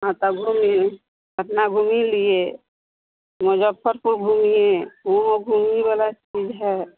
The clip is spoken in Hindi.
हाँ तो घूमिए पटना घूमी लिए मुज़्ज़फ़्फ़रपुर घूमिए वह घूमने वाली चीज़ है